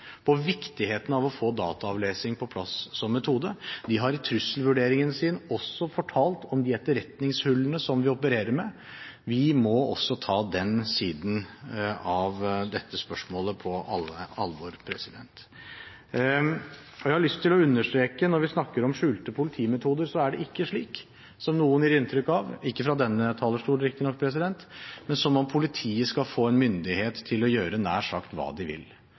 på viktigheten av å få dataavlesing på plass som metode. De har i trusselvurderingen sin også fortalt om etterretningshullene vi opererer med. Vi må også ta den siden av dette spørsmålet på alvor. Jeg har lyst til å understreke at når vi snakker om skjulte politimetoder, er det ikke slik, som noen gir inntrykk av – ikke fra denne talerstol, riktignok – at politiet skal få myndighet til å gjøre nær sagt hva de vil. Det er klare rammer og skranker. Alle rammene og skrankene som er gjeldende, vil